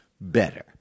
better